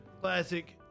classic